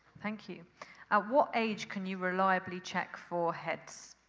thank you. at what age can you reliably check for heds?